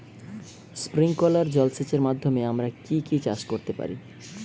Sprinkler জলসেচের মাধ্যমে আমরা কি কি চাষ করতে পারি?